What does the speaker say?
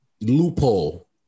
loophole